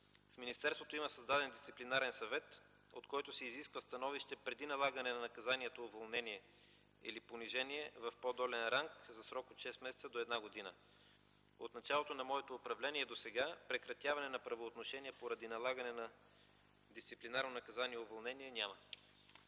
В министерството има създаден дисциплинарен съвет, от който се изисква становище преди налагане на наказанието „уволнение” или понижение в по-долен ранг за срок от шест месеца до една година. От началото на моето управление досега прекратяване на правоотношения поради налагане на дисциплинарно наказание уволнение няма.